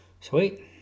sweet